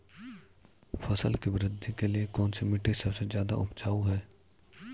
फसल की वृद्धि के लिए कौनसी मिट्टी सबसे ज्यादा उपजाऊ है?